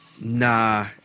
nah